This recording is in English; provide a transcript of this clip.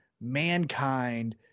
mankind